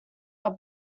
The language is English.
are